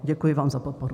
Děkuji vám za podporu.